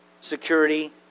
security